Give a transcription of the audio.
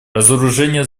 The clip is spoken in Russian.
разоружение